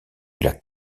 lac